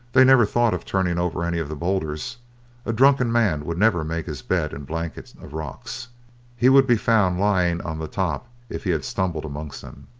they never thought of turning over any of the boulders a drunken man would never make his bed and blanket of rocks he would be found lying on the top if he had stumbled amongst them.